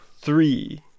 three